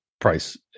price